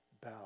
bow